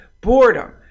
Boredom